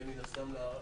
בהם מן הסתם באריכות,